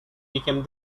became